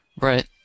Right